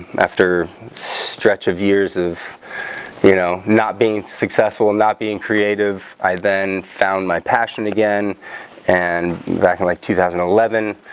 after stretch of years of you know not being successful not being creative. i then found my passion again and back in like two thousand and eleven